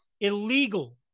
illegal